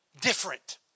different